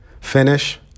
Finish